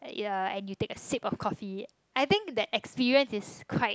ya and you take a sick of coffee I think that experience is quite